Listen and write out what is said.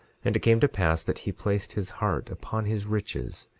and it came to pass that he placed his heart upon his riches,